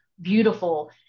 beautiful